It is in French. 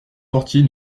portier